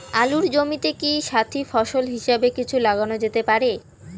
আলুর জমিতে কি সাথি ফসল হিসাবে কিছু লাগানো যেতে পারে?